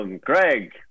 Greg